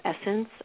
essence